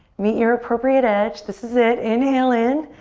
meet your appropriate edge. this is it. inhale in.